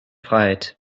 freiheit